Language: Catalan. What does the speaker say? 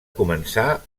començà